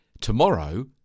Tomorrow